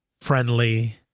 friendly